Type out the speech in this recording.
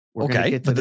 okay